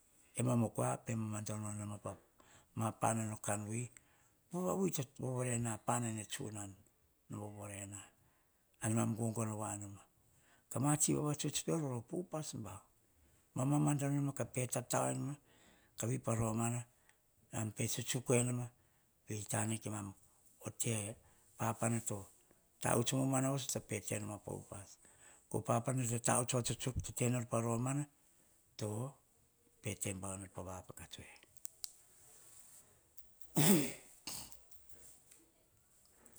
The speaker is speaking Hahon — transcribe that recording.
Emam o kua pe mam andoe noma pama panano kanwi powa wi tsa vovore na panane tsunan no vovore na ar nemam gogono wanoma kamatsi vavatsuts pior vo pe upas bau nemam pe mama doe noma ka pe tataenoma ka vei paromana nemam pe tsuktsuk enoma vei tane kemam otei panana to tavuts momoana voso to penoma pa upas ko papana to tavuts vavatsutsuk to tenor paromana to pe te bau enor pava pa katsue.